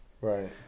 Right